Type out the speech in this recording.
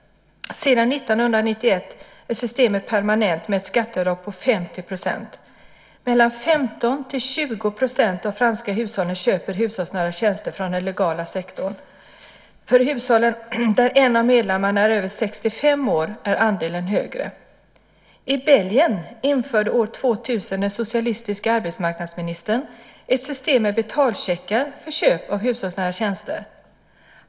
Sedan 1991 är systemet permanent med ett skatteavdrag på 50 %. Mellan 15 och 20 % av de franska hushållen köper hushållsnära tjänster från den legala sektorn. För hushåll där en av medlemmarna är över 65 år är andelen högre. I Belgien införde år 2000 den socialistiske arbetsmarknadsministern ett system med betalcheckar för köp av hushållsnära tjänster.